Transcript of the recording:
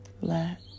Let